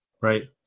Right